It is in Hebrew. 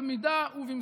במידה ובמשורה.